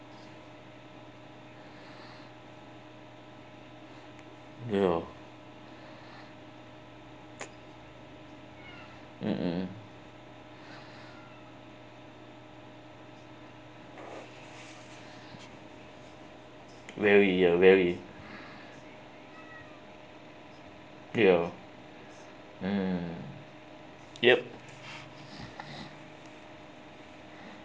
ya mmhmm very uh very ya mm yup